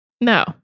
No